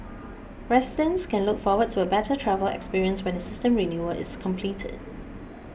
residents can look forward to a better travel experience when the system renewal is completed